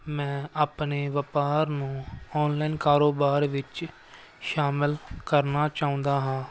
ਮੈਂ ਆਪਣੇ ਵਪਾਰ ਨੂੰ ਆਨਲਾਈਨ ਕਾਰੋਬਾਰ ਵਿੱਚ ਸ਼ਾਮਿਲ ਕਰਨਾ ਚਾਹੁੰਦਾ ਹਾਂ